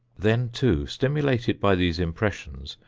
then, too, stimulated by these impressions,